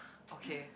okay